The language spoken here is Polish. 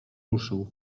ruszył